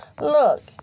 Look